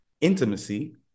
intimacy